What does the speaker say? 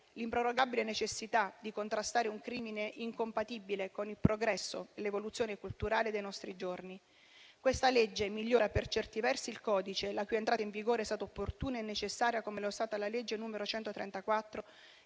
l'improrogabile necessità di contrastare un crimine incompatibile con il progresso e l'evoluzione culturale dei nostri giorni. Questa legge migliora, per certi versi, il codice rosso, la cui entrata in vigore è stata opportuna e necessaria, come lo è stata la legge n. 134